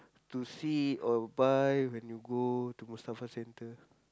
to see or buy when you go to Mustafa-Centre